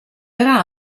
era